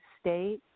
state